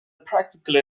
practical